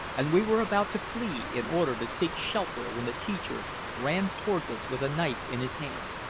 and we were about to flee in order to seek shelter when the teacher ran toward us with a knife in his hand.